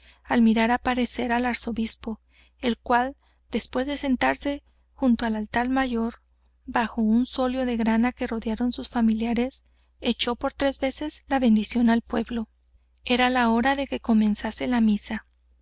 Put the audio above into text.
al mirar aparecer al arzobispo el cual después de sentarse junto al altar mayor bajo un solio de grana que rodearon sus familiares echó por tres veces la bendición al pueblo era la hora de que comenzase la misa